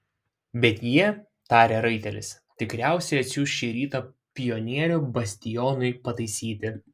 bet jie tarė raitelis tikriausiai atsiųs šį rytą pionierių bastionui pataisyti